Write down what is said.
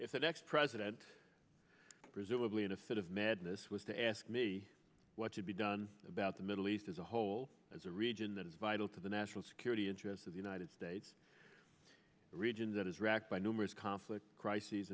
if the next president presumably in a fit of madness was to ask me what should be done about the middle east as a whole as a region that is vital to the national security interests of the united states a region that is racked by numerous conflicts crises